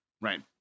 Right